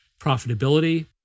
profitability